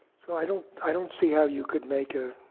so i don't i don't see how you could make a